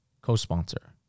Co-sponsor